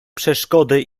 przeszkody